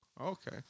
Okay